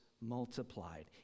multiplied